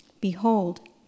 Behold